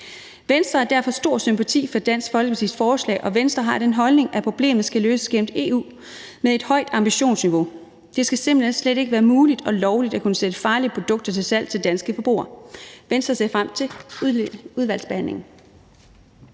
Venstre har derfor stor sympati for Dansk Folkepartis forslag, og Venstre har den holdning, at problemet skal løses gennem EU med et højt ambitionsniveau. Det skal simpelt hen slet ikke være muligt eller lovligt at kunne sætte farlige produkter til salg til danske forbrugere. Venstre ser frem til udvalgsbehandlingen.